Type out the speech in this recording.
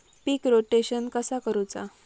पीक rotation कसा करूचा?